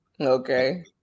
okay